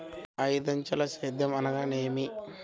ఐదంచెల సేద్యం అనగా నేమి?